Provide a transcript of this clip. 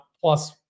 plus